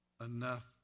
enough